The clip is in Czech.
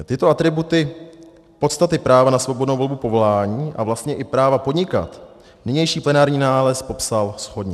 Tyto atributy podstaty práva na svobodnou volbu povolání a vlastně i práva podnikat nynější plenární nález popsal shodně.